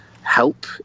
help